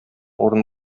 урын